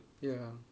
ya